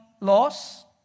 laws